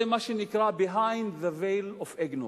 זה מה שנקרא: behind the veil of ignorance.